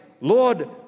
Lord